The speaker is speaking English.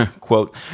quote